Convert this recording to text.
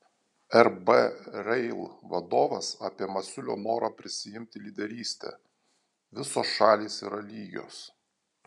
rb rail vadovas apie masiulio norą prisiimti lyderystę visos šalys yra lygios